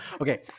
Okay